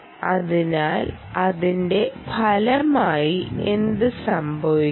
അതിനാൽ അതിന്റെ ഫലമായി എന്ത് സംഭവിക്കും